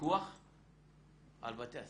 הפיקוח על בתי הספר.